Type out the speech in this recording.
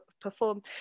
perform